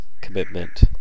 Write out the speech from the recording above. Commitment